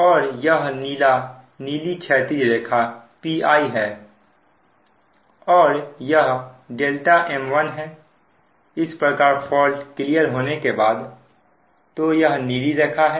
और यह नीली क्षैतिज रेखा Pi है और यह m1 है इस प्रकार फॉल्ट क्लियर होने के बाद तो यह नीली रेखा है